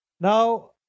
Now